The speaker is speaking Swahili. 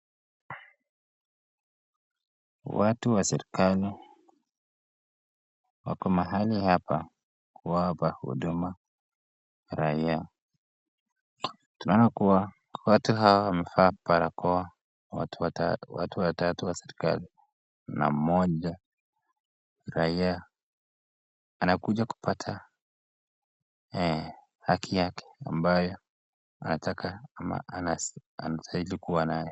Watu wa serikali wako mahali hapa kuwapa huduma raia ,wamevaa barakoa na ni watatu na mmoja raia amekuja kupata haki yake ambayo anataka au anastahili kuwa naye.